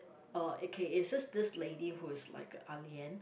uh okay is this this lady who is like a Ah Lian